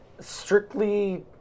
Strictly